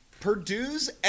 Purdue's